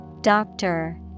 Doctor